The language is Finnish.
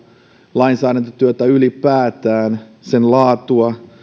lainsäädäntötyötä ylipäätään sen laatua